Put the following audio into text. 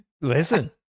listen